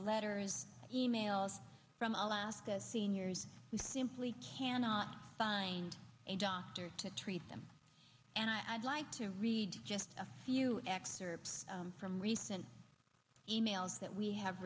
letters e mails from alaska seniors who simply cannot find a doctor to treat them and i'd like to read just a few excerpts from recent emails that we have